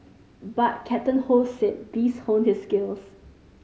but Captain Ho said these honed his skills